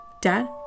Dad